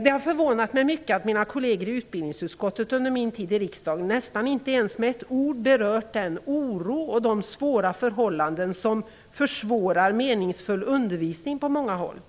Det har förvånat mig mycket att mina kolleger i utbildningsutsskottet under min tid i riksdagen nästan inte med ett ord berört den oro och de svåra förhållanden som försvårar meningsfull undervisning på många håll.